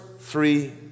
three